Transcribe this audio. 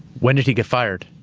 when did he get fired?